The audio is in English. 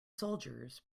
soldiers